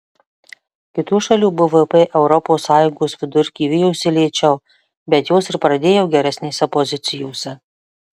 kitų šalių bvp europos sąjungos vidurkį vijosi lėčiau bet jos ir pradėjo geresnėse pozicijose